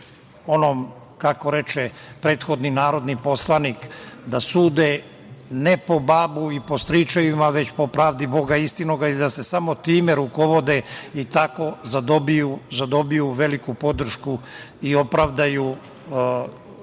onom, kako reče prethodni narodni poslanik, da sude ne po babu i po stričevima, već po pravdi Boga istinitoga, i da se samo time rukovode i tako zadobiju veliku podršku i opravdaju svoju